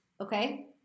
okay